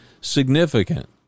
significant